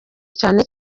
cyane